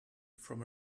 from